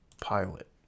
pilot